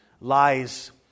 lies